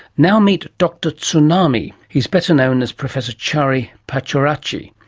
now meet dr tsunami. he's better known as professor chari pattiaratchi,